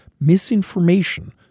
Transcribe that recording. misinformation